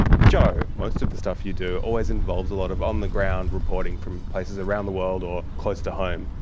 jo, most of the stuff you do always involves a lot of on-the-ground reporting from places around the world or close to home.